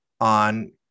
on